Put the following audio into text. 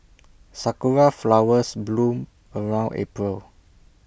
Sakura Flowers bloom around April